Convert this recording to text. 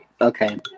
Okay